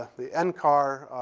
the ncar